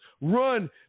run